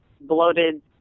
bloated